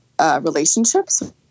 relationships